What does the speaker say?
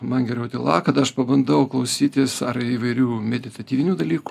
man geriau tyla kada aš pabandau klausytis ar įvairių meditatyvinių dalykų